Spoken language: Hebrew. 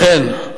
לכן,